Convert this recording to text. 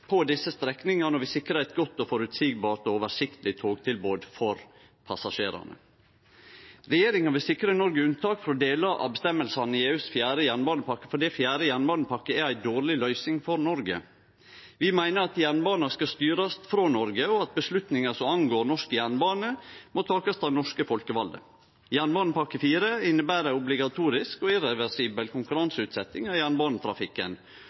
på desse strekningane og vil sikre eit godt, føreseieleg og oversiktleg togtilbod for passasjerane. Regjeringa vil sikre Noreg unntak frå delar av føresegnene i EUs fjerde jernbanepakke fordi fjerde jernbanepakke er ei dårleg løysing for Noreg. Vi meiner at jernbana skal styrast frå Noreg, og at vedtak som vedkjem norsk jernbane, må takast av norske folkevalde. Jernbanepakke IV inneber obligatorisk og irreversibel konkurranseutsetjing av jernbanetrafikken,